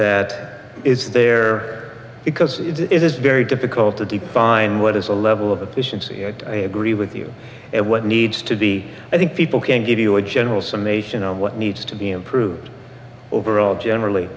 that is there because it is very difficult to define what is the level of the patience i agree with you and what needs to be i think people can give you a general summation of what needs to be improved overall generally